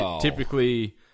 Typically